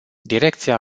direcția